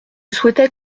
souhaitais